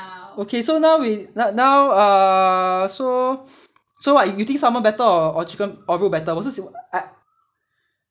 is at okay so now we now uh so so you think what salmon better or chicken or 肉 better